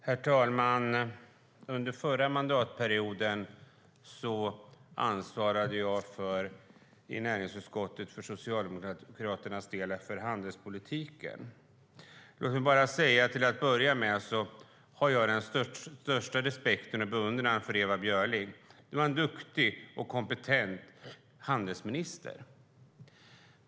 Herr talman! Under förra mandatperioden ansvarade jag i näringsutskottet för handelspolitiken för Socialdemokraternas del. Låt mig till att börja med säga att jag har den största respekt och beundran för Ewa Björling. Det var en duktig och kompetent handelsminister.